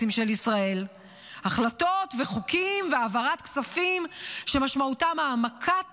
החלטות וחוקים והעברת כספים שמשמעותם העמקת